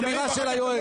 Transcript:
אמירה של היועץ,